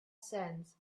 sense